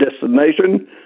destination